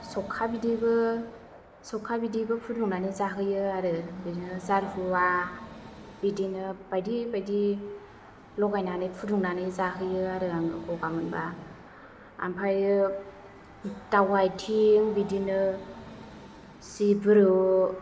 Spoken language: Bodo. सबखा बिदैबो सबखा बिदैबो फुदुंनानै जाहोयो आरो बिदिनो जाह्रुवा बिदिनो बायदि बायदि लगायनानै फुदुंनानै जाहोयो आरो आङो गगा मोनबा ओमफ्राय दाव आइथिं बिदिनो सिब्रु